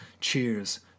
cheers